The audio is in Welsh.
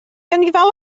anifail